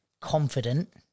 confident